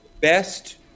best